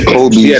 Kobe